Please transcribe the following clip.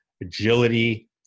agility